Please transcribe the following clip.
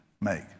make